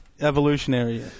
evolutionary